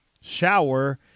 shower